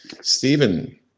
Stephen